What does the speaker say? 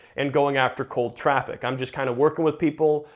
and going after cold traffic. i'm just kind of working with people,